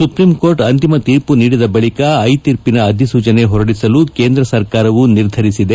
supreme court ಅಂತಿಮ ತೀರ್ಪು ನೀಡಿದ ಬಳಿಕಐತೀರ್ಪಿನ ಅಧಿಸೂಚನೆ ಹೊರಡಿಸಲು ಕೇಂದ್ರ ಸರ್ಕಾರವೂ ನಿರ್ಧರಿಸಿದೆ